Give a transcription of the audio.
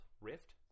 rift